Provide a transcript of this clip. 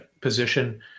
position